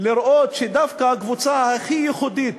לראות שדווקא הקבוצה הכי ייחודית